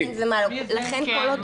כן.